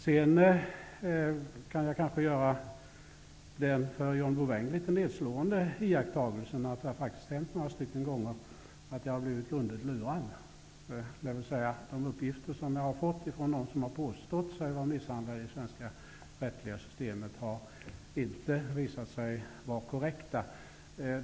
Sedan kan jag göra den för John Bouvin kanske litet nedslående iakttagelsen att det faktiskt har hänt några gånger att jag har blivit grundligt lurad, dvs. de uppgifter som jag har fått från dem som har påstått sig vara misshandlade i det svenska rättsliga systemet har visat sig inte vara korrekta.